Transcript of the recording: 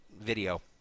video